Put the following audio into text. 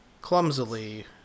clumsily